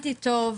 גברתי השרה,